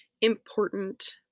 important